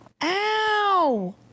Ow